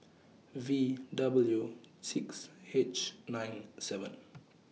V W six H nine seven